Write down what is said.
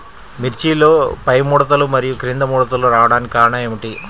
మిర్చిలో పైముడతలు మరియు క్రింది ముడతలు రావడానికి కారణం ఏమిటి?